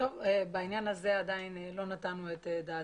בעניין הזה עדיין לא נתנו את דעתנו.